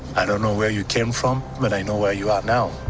i don't know where you came from, but i know where you are now.